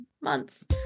months